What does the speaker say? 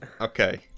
Okay